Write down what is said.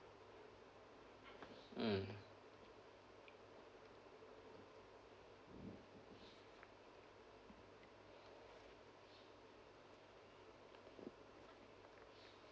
mm